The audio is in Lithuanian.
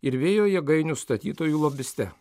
ir vėjo jėgainių statytojų lobiste